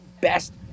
best